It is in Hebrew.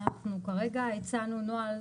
כרגע הצענו נוהל